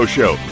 Show